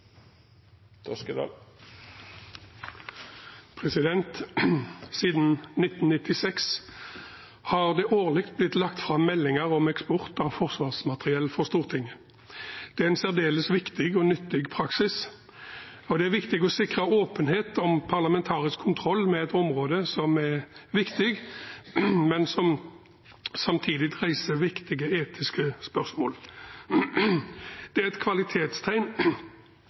Siden 1996 har det årlig blitt lagt fram for Stortinget meldinger om eksport av forsvarsmateriell. Det er en særdeles viktig og nyttig praksis. Det er viktig å sikre åpenhet om parlamentarisk kontroll med et område som er viktig, men som samtidig reiser vesentlige etiske spørsmål. Det er et kvalitetstegn